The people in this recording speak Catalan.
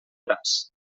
braç